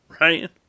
Right